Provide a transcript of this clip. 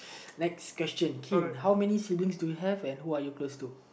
next question Keane how many siblings do you have and who are you close to